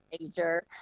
major